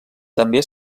també